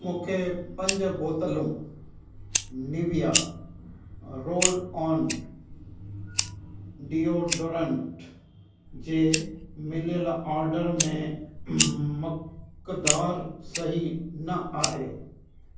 मूंखे पंज बोतलूं निविया रोल ओन डिओडोरेंट जे मिलियलु ऑडर में मकदारु सही न आहे